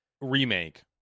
Remake